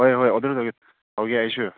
ꯍꯣꯏ ꯍꯣꯏ ꯑꯣꯗꯔ ꯇꯧꯒꯦ ꯇꯧꯒꯦ ꯑꯩꯁꯨ